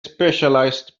specialized